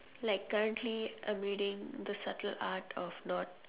like currently I'm reading the subtle art of not